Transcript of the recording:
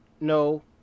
no